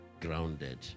grounded